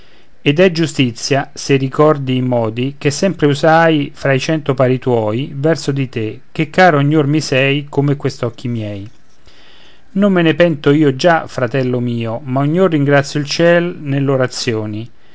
ed è giustizia se ricordi i modi che sempre usai fra cento pari tuoi verso di te che caro ognor mi sei come quest'occhi miei non me ne pento io già fratello mio ma ognor ringrazio il ciel nell'orazioni